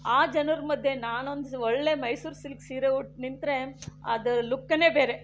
ಆ ಜನರ ಮಧ್ಯೆ ನಾನೊಂದಿಸ ಒಳ್ಳೇ ಮೈಸೂರು ಸಿಲ್ಕ್ ಸೀರೆ ಉಟ್ಟು ನಿಂತರೆ ಅದರ ಲುಕ್ನೇ ಬೇರೆ